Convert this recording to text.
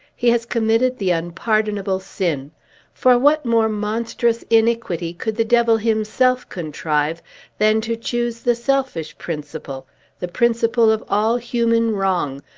he has committed the unpardonable sin for what more monstrous iniquity could the devil himself contrive than to choose the selfish principle the principle of all human wrong,